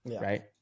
right